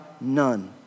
none